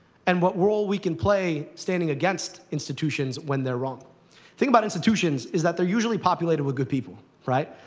and what role we can play standing against institutions when they're wrong. the thing about institutions is that they're usually populated with good people, right.